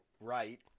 right